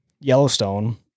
Yellowstone